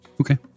Okay